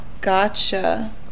Gotcha